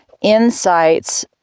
insights